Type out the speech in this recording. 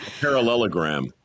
Parallelogram